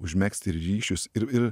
užmegzti ryšius ir ir